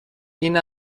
این